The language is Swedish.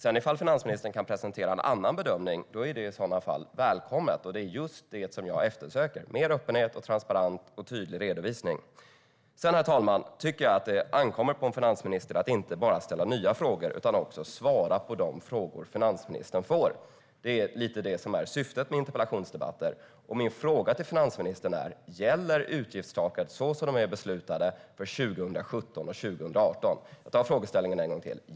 Om finansministern kan presentera en annan bedömning är det i sådana fall välkommet, och det är just det jag eftersöker - mer öppenhet och transparens samt en tydlig redovisning. Sedan tycker jag, herr talman, att det ankommer på en finansminister att inte bara ställa nya frågor utan också svara på de frågor finansministern får. Det är lite det som är syftet med interpellationsdebatter. Min fråga till finansministern är: Gäller utgiftstaket så som det är beslutat för 2017 och 2018? Jag tar frågeställningen en gång till.